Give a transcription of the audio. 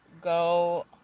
go